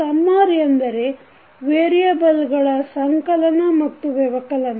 summer ಎಂದರೆ ವೇರಿಯಬಲ್ಗಳ ಸಂಕಲನ ಮತ್ತು ವ್ಯವಕಲನ